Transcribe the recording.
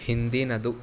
ಹಿಂದಿನದು